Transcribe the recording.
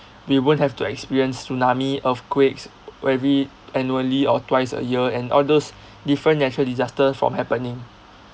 we won't have to experience tsunami earthquakes every annually or twice a year and all those different natural disaster from happening